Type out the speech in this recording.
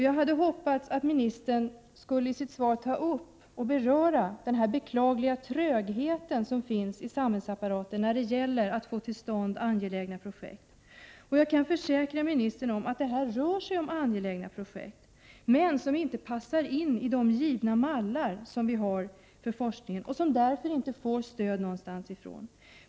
Jag hade hoppats att ministern i sitt svar skulle ta upp och beröra den beklagliga tröghet som finns i samhällsapparaten när det gäller att få till stånd angelägna projekt. Jag kan försäkra ministern om att det rör sig om angelägna projekt, som dock inte passar in i de givna mallar vi har för forskningen och som därför inte får stöd.